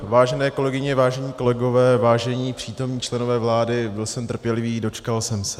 Vážené kolegyně, vážení kolegové, vážení přítomní členové vlády, byl jsem trpělivý, dočkal jsem se.